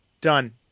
Done